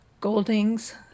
Goldings